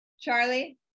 Charlie